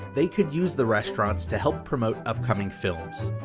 they could use the restaurant to help promote upcoming films.